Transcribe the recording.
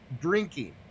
drinking